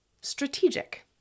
strategic